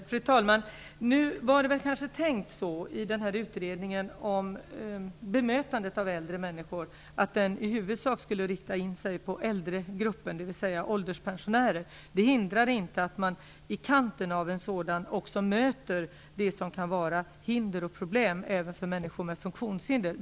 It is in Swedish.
Fru talman! Nu var det kanske tänkt så att utredningen om bemötandet av äldre människor i huvudsak skulle rikta in sig på äldregruppen, dvs. ålderspensionärer. Det hindrar inte att man i kanten av en sådan också möter det som kan vara hinder och problem även för människor med funktionshinder.